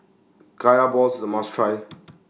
Kaya Balls IS A must Try